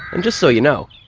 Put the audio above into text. and just so you know,